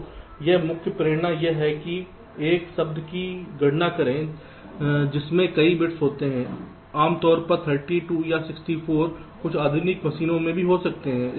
तो यहां मुख्य प्रेरणा यह है कि एक शब्द की गणना करें जिसमें कई बिट्स होते हैं आमतौर पर 32 या 64 कुछ आधुनिक मशीनों में भी होते हैं